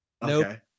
Nope